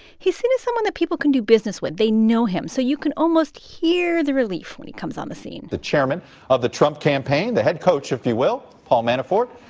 he's seen as someone that people can do business with. they know him. so you can almost hear the relief when he comes on the scene the chairman of the trump campaign, the head coach, if you will, paul manafort.